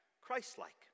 Christ-like